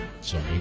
Sorry